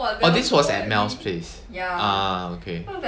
oh this was at mel's place ah okay